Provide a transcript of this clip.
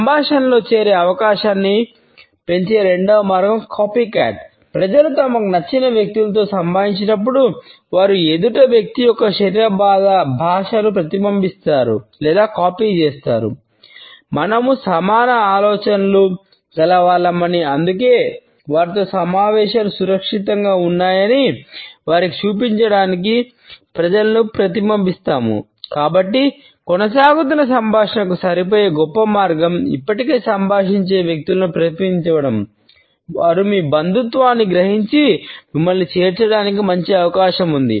సంభాషణలో చేరే అవకాశాన్ని పెంచే రెండవ మార్గం కాపీకాట్ గ్రహించి మిమ్మల్ని చేర్చడానికి మంచి అవకాశం ఉంది